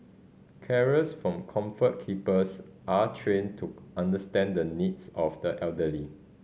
carers from Comfort Keepers are trained to understand the needs of the elderly